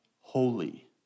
holy